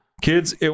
Kids